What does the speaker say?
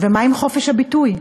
ומה עם חופש הביטוי?